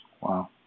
Wow